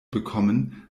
bekommen